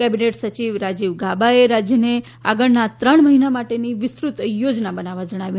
cabinet સચિવ રાજીવ ગાબાએ રાજ્યને આગળના ત્રણ ભારત માટેની વિસ્તૃત યોજના બનાવવા જણાવ્યું